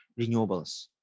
renewables